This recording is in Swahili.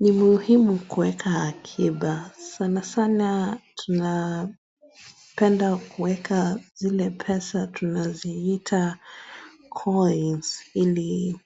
Ni muhimu kueka akiba sanasana tunapenda kueka zile pesa tunaziita coins ili